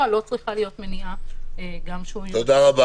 לא צריכה להיות מניעה גם --- מעסיקים.